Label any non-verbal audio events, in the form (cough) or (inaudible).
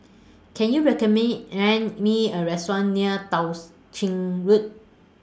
Can YOU (unintelligible) Me A Restaurant near Tao's Ching Road